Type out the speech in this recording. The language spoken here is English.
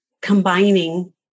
combining